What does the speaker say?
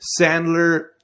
Sandler